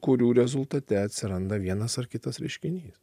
kurių rezultate atsiranda vienas ar kitas reiškinys